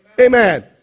Amen